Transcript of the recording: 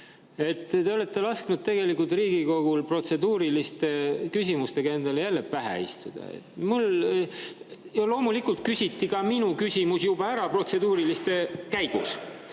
Te olete lasknud Riigikogul protseduuriliste küsimustega endale jälle pähe istuda. Ja loomulikult küsiti ka minu küsimus juba protseduuriliste käigus